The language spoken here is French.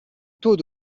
taux